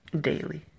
daily